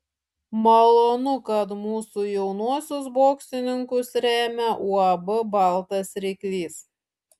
malonu kad mūsų jaunuosius boksininkus remia uab baltas ryklys